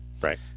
Right